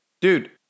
dude